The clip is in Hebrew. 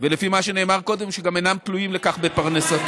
ולפי מה שנאמר קודם, שגם אינם תלויים בכך לפרנסתם.